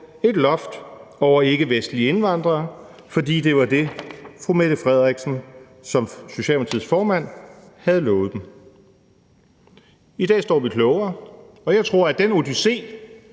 et loft over ikkevestlige indvandrere, fordi det var det, fru Mette Frederiksen som Socialdemokratiets formand havde lovet dem. I dag står vi og er klogere, og jeg tror, at den odyssé,